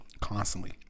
constantly